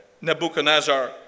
Nebuchadnezzar